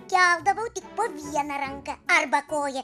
keldavau tik po vieną ranka arba koją